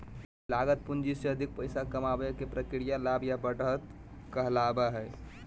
लागत पूंजी से अधिक पैसा कमाबे के प्रक्रिया लाभ या बढ़त कहलावय हय